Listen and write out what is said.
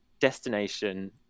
destination